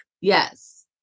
Yes